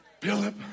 Philip